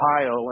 Ohio